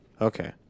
Okay